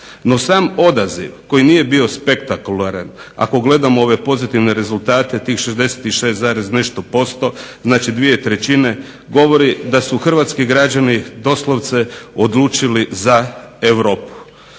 NO sam odaziv koji nije bio spektakularan, ako gledamo ove pozitivne rezultate tih 66 i nešto posto, znači dvije trećine, govori da su Hrvatski građani doslovce odlučili za Europu.